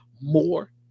more